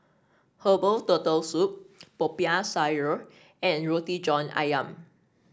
Herbal Turtle Soup Popiah Sayur and Roti John ayam